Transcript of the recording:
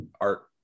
art